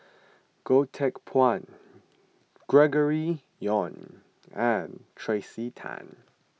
Goh Teck Phuan Gregory Yong and Tracey Tan